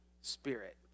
spirit